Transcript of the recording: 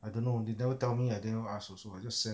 I don't know they never tell me I didn't ask also I just send